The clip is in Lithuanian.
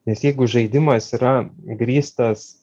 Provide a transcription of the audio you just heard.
nes jeigu žaidimas yra grįstas